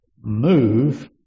move